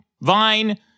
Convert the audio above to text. vine